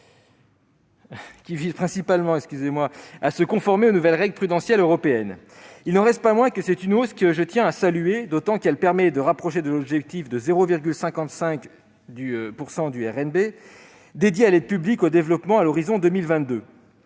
qui vise principalement à se conformer aux nouvelles règles prudentielles européennes. Il n'en reste pas moins que c'est une hausse que je tiens à saluer, d'autant qu'elle permet de se rapprocher de l'objectif de 0,55 % du RNB dédié à l'aide publique au développement à l'horizon de 2022.